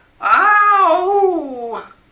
Ow